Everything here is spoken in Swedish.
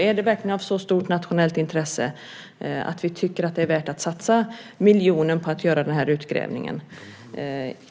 Är det verkligen av så stort nationellt intresse att vi tycker att det är värt att satsa miljonen på att göra den här utgrävningen?